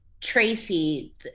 Tracy